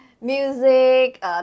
music